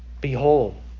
Behold